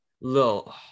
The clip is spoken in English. little